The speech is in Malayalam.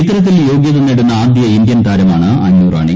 ഇത്തരത്തിൽ യോഗ്യത നേടുന്ന ആദ്യ ഇന്ത്യൻ താരമാണ് അന്നുറാണി